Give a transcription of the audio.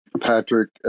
Patrick